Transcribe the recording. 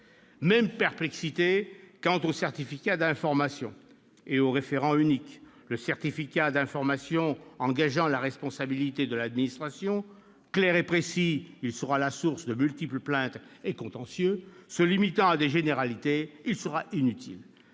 Même perplexité quant au certificat d'information et au référent unique. Le certificat d'information engage la responsabilité de l'administration : clair et précis, il sera la source de multiples plaintes et contentieux ; se limitant à des généralités, il sera inutile.